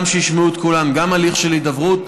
גם שישמעו את קולן, גם הליך של הידברות.